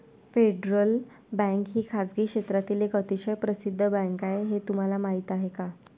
Federal Bank ही खासगी क्षेत्रातील एक अतिशय प्रसिद्ध बँक आहे हे तुम्हाला माहीत आहे का?